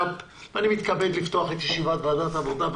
ז' בתמוז התש"ף ואני מתכבד לפתוח את ישיבת ועדת העבודה,